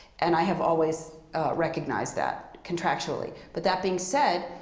and i have always recognized that, contractually. but that being said,